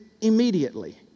immediately